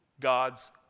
God's